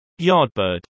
Yardbird